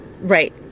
right